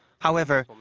however,